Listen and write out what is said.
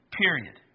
period